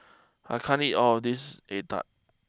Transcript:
I can't eat all of this Egg Tart